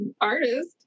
artist